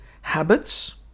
habits